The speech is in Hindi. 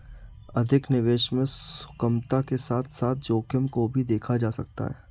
अधिक निवेश में सुगमता के साथ साथ जोखिम को भी देखा जा सकता है